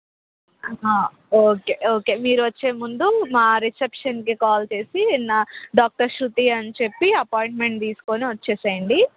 okay okay మీరు వచ్చే ముందు మా రిసెప్షన్కి కాల్ చేసి నా డాక్టర్ శృతి అని చెప్పి అపాయింట్మెంట్ తీసుకొని వచ్చేయండి